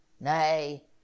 Nay